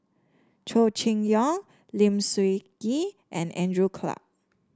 Chow Chee Yong Lim Sun Gee and Andrew Clarke